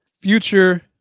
Future